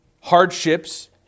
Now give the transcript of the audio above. Hardships